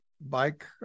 bike